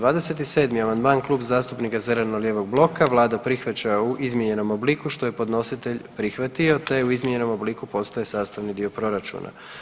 27. amandman Klub zastupnika zeleno-lijevog bloka, vlada prihvaća u izmijenjenom obliku što je podnositelj prihvatio te u izmijenjenom obliku postaje sastavni dio proračuna.